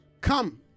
Come